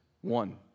one